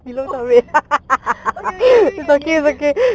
okay okay okay okay okay okay okay